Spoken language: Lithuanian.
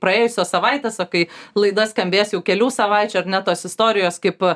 praėjusios savaitės va kai laida skambės jau kelių savaičių ar ne tos istorijos kaip